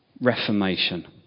reformation